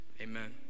Amen